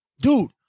dude